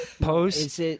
Post